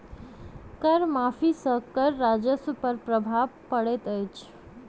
कर माफ़ी सॅ कर राजस्व पर प्रभाव पड़ैत अछि